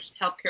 healthcare